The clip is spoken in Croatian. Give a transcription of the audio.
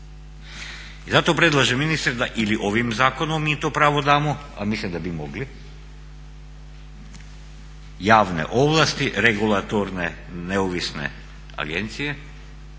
I zato predlažem ministre da ili ovim zakonom mi to pravo damo, a mislim da bi mogli, javne ovlasti, regulatorne neovisne agencije,